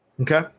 okay